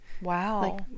Wow